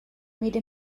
made